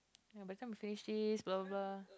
but by the time we finish this blah blah blah